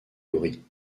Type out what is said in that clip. laurie